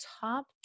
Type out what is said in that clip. Top